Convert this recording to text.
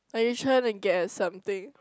are you trying to get at something